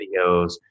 videos